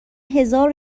هزارو